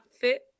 fit